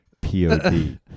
P-O-D